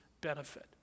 benefit